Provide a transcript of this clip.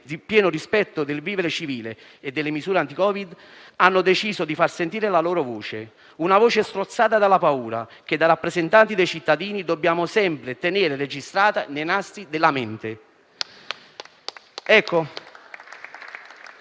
nel pieno rispetto del vivere civile e delle misure anti-Covid, hanno deciso di far sentire la loro voce; una voce strozzata dalla paura che, da rappresentanti dei cittadini, dobbiamo sempre tenere registrata nei nastri della mente.